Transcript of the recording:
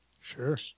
Sure